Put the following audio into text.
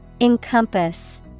Encompass